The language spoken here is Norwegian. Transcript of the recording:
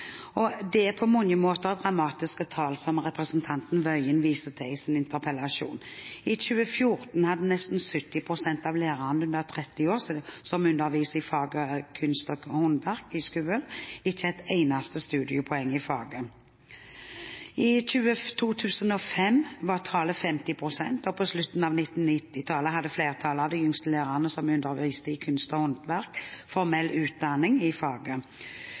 Det er på mange måter dramatiske tall som representanten Tingelstad Wøien viser til i sin interpellasjon. I 2014 hadde nesten 70 pst. av lærerne under 30 år som underviser i faget kunst og håndverk i skolen, ikke et eneste studiepoeng i faget. I 2005 var tallet 50 pst., mens på slutten av 1990-tallet hadde flertallet av de yngste lærerne som underviste i kunst og håndverk, formell utdanning i faget.